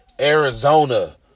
Arizona